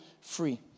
free